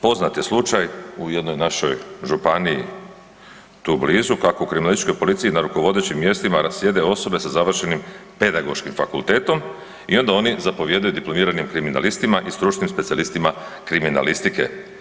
Poznat je slučaj u jednoj našoj županiji tu blizu kako u kriminalističkoj policiji na rukovodećim mjestima sjede osobe sa završenim pedagoškim fakultetom i onda oni zapovijedaju diplomiranim kriminalistima i stručnim specijalistima kriminalistike.